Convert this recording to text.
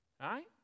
right